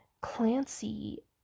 clancy